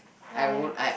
ya